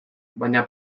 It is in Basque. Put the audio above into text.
baina